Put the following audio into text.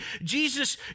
Jesus